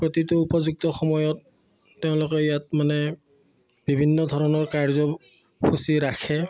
প্ৰতিটো উপযুক্ত সময়ত তেওঁলোকে ইয়াত মানে বিভিন্ন ধৰণৰ কাৰ্যসূচী ৰাখে